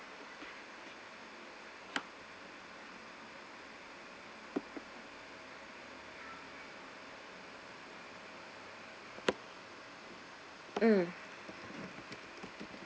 mm